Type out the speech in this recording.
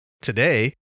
Today